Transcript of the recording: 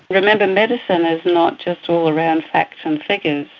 remember, medicine is not just all around facts and figures,